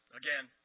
again